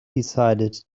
decided